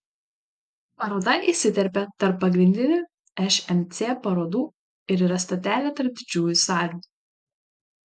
paroda įsiterpia tarp pagrindinių šmc parodų ir yra stotelė tarp didžiųjų salių